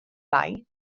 lai